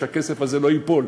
שהכסף הזה לא ייפול,